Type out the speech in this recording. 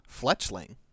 Fletchling